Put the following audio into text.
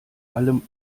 allem